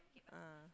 ah